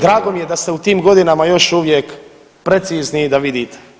Drago mi je da ste u tim godinama još uvijek precizni i vidite.